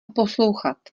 poslouchat